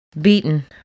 beaten